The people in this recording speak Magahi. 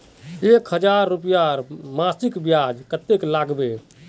एक हजार रूपयार मासिक ब्याज कतेक लागबे?